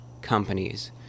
companies